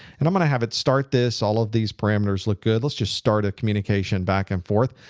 and i'm going to have it start this. all of these parameters look good. let's just start a communication back and forth.